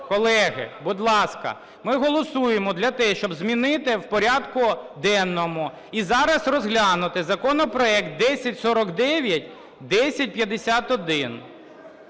колеги, будь ласка, ми голосуємо за те, щоб змінити в порядку денному і зараз розглянути законопроект 1049, 1051.